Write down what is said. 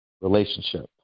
relationship